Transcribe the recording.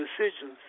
decisions